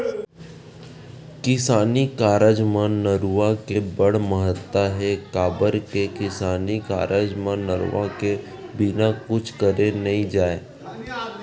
किसानी कारज म नरूवा के बड़ महत्ता हे, काबर के किसानी कारज म नरवा के बिना कुछ करे नइ जाय